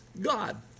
God